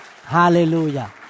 Hallelujah